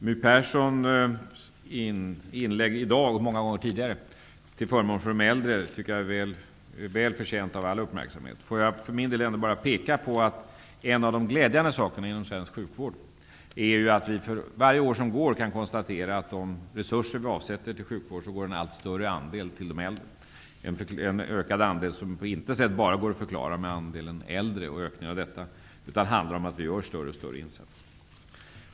My Perssons inlägg i dag och många gånger tidigare till förmån för de äldre är väl förtjänt av all uppmärksamhet. Låt mig för min del ändå bara peka på att en av de glädjande sakerna inom svensk sjukvård är att vi för varje år som går kan konstatera att en allt större andel av de resurser vi avsätter till sjukvård går till de äldre. Denna ökade andel går på intet sätt att förklara enbart genom ökningen av andelen äldre, utan det handlar om att vi gör större och större insatser.